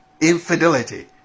Infidelity